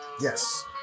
Yes